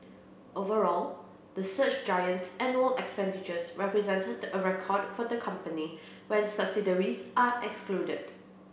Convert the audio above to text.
overall the search giant's annual expenditures represented a record for the company when subsidiaries are excluded